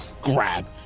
grab